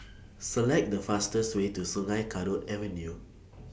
Select The fastest Way to Sungei Kadut Avenue